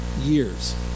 years